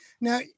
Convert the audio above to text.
Now